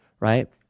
Right